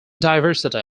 diversity